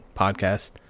podcast